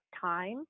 time